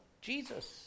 Jesus